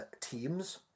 teams